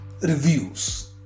reviews